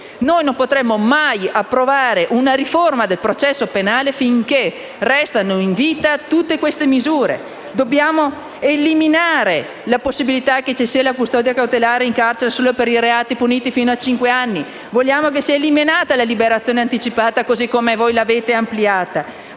Noi non potremo mai approvare una riforma del processo penale finché restano in vita tutte queste misure. Dobbiamo eliminare la possibilità della custodia cautelare in carcere solo per i reati puniti fino a cinque anni. Vogliamo che sia eliminata la liberazione anticipata così come voi l'avete ampliata.